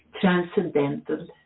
transcendental